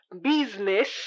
business